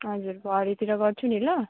हजुर भरेतिर गर्छु नि ल